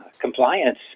compliance